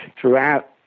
throughout